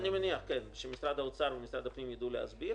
אני מניח שמשרד האוצר ומשרד הפנים ידעו להסביר.